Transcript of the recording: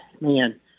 man